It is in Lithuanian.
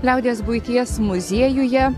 liaudies buities muziejuje